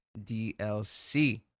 DLC